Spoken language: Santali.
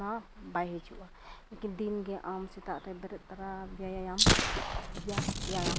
ᱢᱟᱱᱮ ᱵᱟᱭ ᱦᱤᱡᱩᱜᱼᱟ ᱩᱱᱠᱤᱱ ᱜᱮ ᱫᱤᱱ ᱜᱮ ᱟᱢ ᱥᱮᱛᱟᱜ ᱨᱮ ᱵᱮᱨᱮᱫ ᱛᱚᱨᱟ ᱵᱮᱭᱟᱢ ᱡᱟ ᱡᱮᱭᱟᱭᱟᱢ